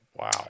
Wow